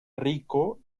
rico